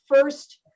first